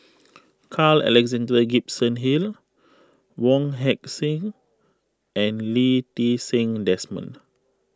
Carl Alexander Gibson Hill Wong Heck Sing and Lee Ti Seng Desmond